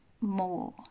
more